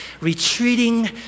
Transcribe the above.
retreating